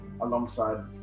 alongside